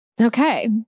Okay